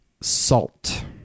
Salt